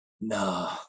no